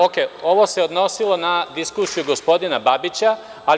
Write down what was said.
Ovo se odnosilo na diskusiju gospodina Babića, ali